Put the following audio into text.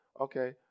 Okay